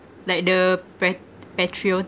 like the